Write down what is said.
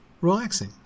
relaxing